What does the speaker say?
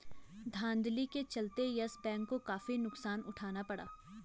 धांधली के चलते यस बैंक को काफी नुकसान उठाना पड़ा